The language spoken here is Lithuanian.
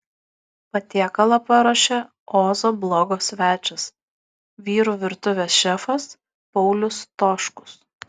patiekalą paruošė ozo blogo svečias vyrų virtuvės šefas paulius stoškus